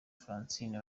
francine